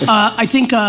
i think,